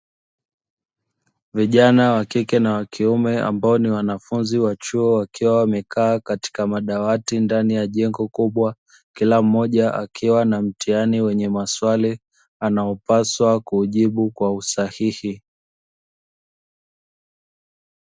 Vijana wa kike na wakiume ambao ni wanafunzi wa chuo wakiwa wamekaa katika madawati ndani ya jengo kubwa kila mmoja akiwa na mtihani wenye maswali anaopaswa kuujibu kwa usahihi.